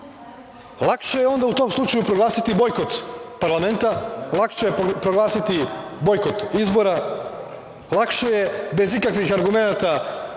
je onda u tom slučaju proglasiti bojkot parlamenta, lakše je proglasiti bojkot izbora, lakše je bez ikakvih argumenata